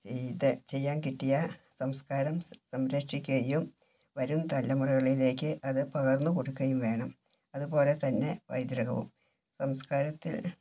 ഇത് ചെയ്യാൻ കിട്ടിയ സംസ്കാരം സംരക്ഷിക്കുകയും വരും തലമുറകളിലേക്ക് അത് പകർന്ന് കൊടുക്കുകയും വേണം അതുപോലെ തന്നെ പൈതൃകവും സംസ്കാരത്തിൽ